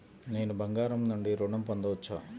నేను బంగారం నుండి ఋణం పొందవచ్చా?